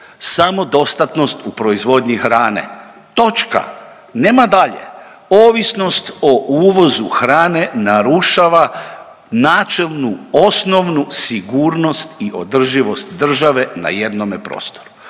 samodostatnost u proizvodnji hrane, točka, nema dalje. Ovisnost o uvozu hrane narušava načelnu osnovnu sigurnost i održivost države na jednome prostoru.